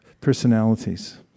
personalities